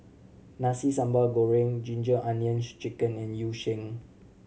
Nasi Sambal Goreng Ginger Onions Chicken and Yu Sheng